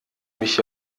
mich